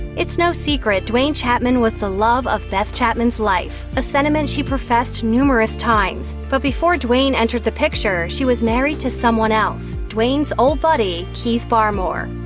it's no secret duane chapman was the love of beth chapman's life, a sentiment she professed numerous times. but before duane entered the picture, she was married to someone else duane's old buddy, keith barmore.